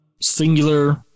singular